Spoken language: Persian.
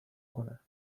کنه